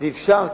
ואפשרתי,